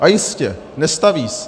A jistě, nestaví se.